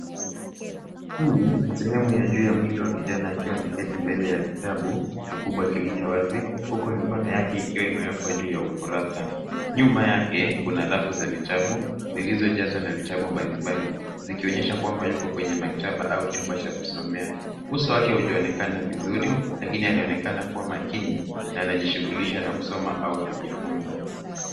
Hii ni sehemu ya juu ya mwili wa kijana akiwa ameketi mbele ya kitabu kikubwa kilicho wazi huku mikono yake ikiwa imewekwa juu ya ukurasa. nyuma yake kuna rafu za kitabu zilizojazwa na vitabu mbalimbali zikionyesha kwamba yuko kwenye maktaba au kwenye chumba cha kusomea. Uso wake hujaonekana vizuri lakini anaonekana kuwa makini na anajishughulisha na kusoma au kujifunza.